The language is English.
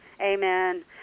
Amen